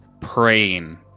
praying